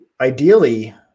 ideally